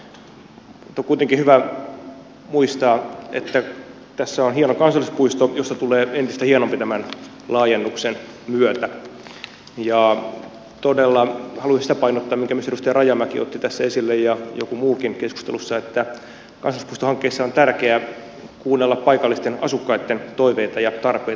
on kuitenkin hyvä muistaa että tässä on hieno kansallispuisto josta tulee entistä hienompi tämän laajennuksen myötä ja todella haluaisin sitä painottaa minkä myös edustaja rajamäki otti tässä esille ja joku muukin keskustelussa että kansallispuistohankkeessa on tärkeää kuunnella paikallisten asukkaitten toiveita ja tarpeita